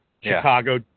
Chicago